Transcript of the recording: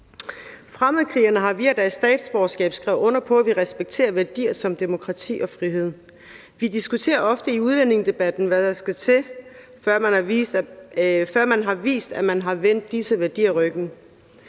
Fremmedkrigerne har via deres statsborgerskab skrevet under på at ville respektere værdier som demokrati og frihed. Vi diskuterer ofte i udlændingedebatten, hvad der skal til, før man har vist, at man har vendt disse værdier ryggen,